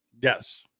Yes